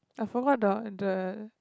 I forgot the the I forgot